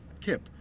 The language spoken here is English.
Kip